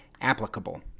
applicable